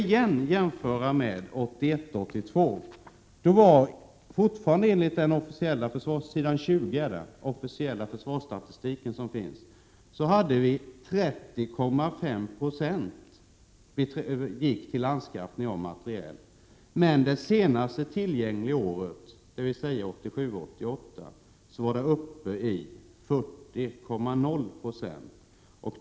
Jag jämför då återigen med 1981 88, var andelen uppe i 40,0 96.